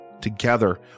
Together